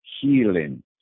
healing